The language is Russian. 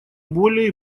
более